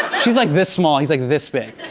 she's like this small, he's like this big.